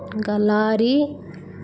ఇంకా లారీ